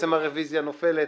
הרוויזיה נופלת